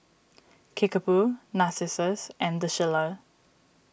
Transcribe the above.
Kickapoo Narcissus and the Shilla